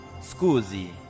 Scusi